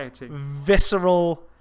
visceral